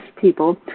people